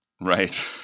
Right